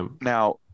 Now